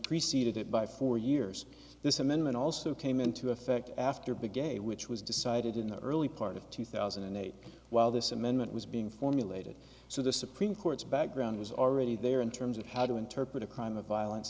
preceded it by four years this amendment also came into effect after big a which was decided in the early part of two thousand and eight while this amendment was being formulated so the supreme court's background was already there in terms of how to interpret a crime of violence